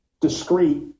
discreet